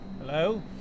Hello